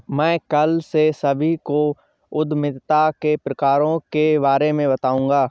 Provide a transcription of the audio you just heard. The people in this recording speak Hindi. मैं कल से सभी को उद्यमिता के प्रकारों के बारे में बताऊँगा